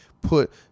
put